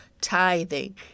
tithing